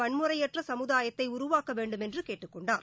வன்முறையற்ற சமுதாயத்தை உருவாக்க வேண்டுமென்று கேட்டுக் கொண்டார்